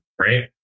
Right